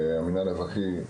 המינהל האזרחי,